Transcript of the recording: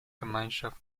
gemeinschaft